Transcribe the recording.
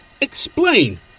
Explain